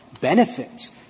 benefits